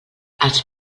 els